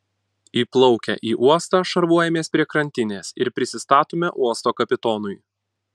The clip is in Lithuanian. įplaukę į uostą švartuojamės prie krantinės ir prisistatome uosto kapitonui